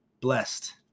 blessed